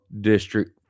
District